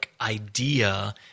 idea